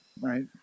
right